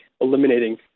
eliminating